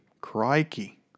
Crikey